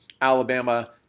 Alabama